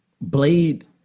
blade